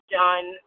done